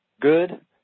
good